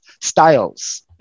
styles